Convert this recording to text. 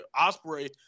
Osprey